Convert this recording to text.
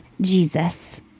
Jesus